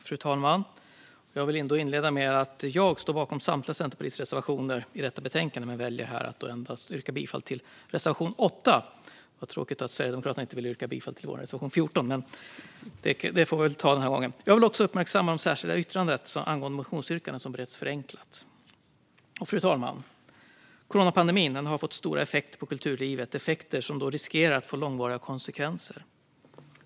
Fru talman! Jag vill inleda med att jag står bakom samtliga Centerpartiets reservationer i detta betänkande men här väljer att endast yrka bifall till reservation 8. Det var tråkigt att Sverigedemokraterna inte ville yrka bifall till vår reservation 14, men det får vi ta den här gången. Jag vill också uppmärksamma det särskilda yttrandet angående motionsyrkanden som bereds förenklat. Fru talman! Coronapandemin har fått stora effekter på kulturlivet, effekter som riskerar att få långvariga konsekvenser.